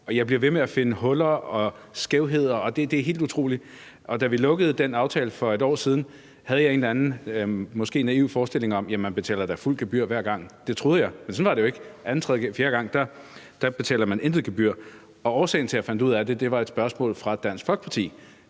jeg bliver ved med at finde huller og skævheder. Det er helt utroligt. Da vi lukkede den aftale for et år siden, havde jeg en eller anden måske naiv forestilling om, at man da betaler fuldt gebyr hver gang. Det troede jeg, men sådan er det ikke. Den anden, tredje og fjerde gang betaler man intet gebyr. Årsagen til, at jeg fandt ud af det, var et spørgsmål fra Dansk Folkeparti,